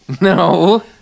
No